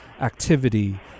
activity